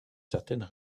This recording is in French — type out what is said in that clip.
certaines